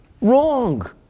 Wrong